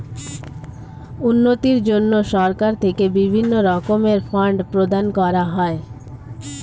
উন্নতির জন্য সরকার থেকে বিভিন্ন রকমের ফান্ড প্রদান করা হয়